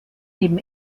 neben